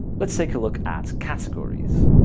let's take a look at categories.